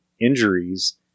injuries